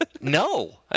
no